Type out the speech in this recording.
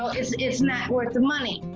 it's it's not worth the money.